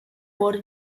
wurde